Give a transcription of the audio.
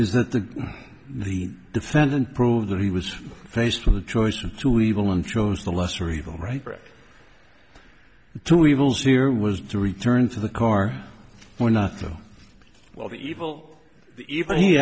is that the the defendant prove that he was faced with a choice of two evil and chose the lesser evil right two evils here was to return to the car or not so well the evil even he